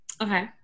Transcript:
Okay